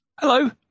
Hello